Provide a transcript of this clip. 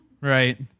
right